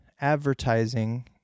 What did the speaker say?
advertising